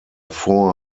four